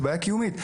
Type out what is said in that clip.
בעיה קיומית.